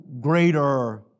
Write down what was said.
greater